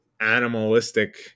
animalistic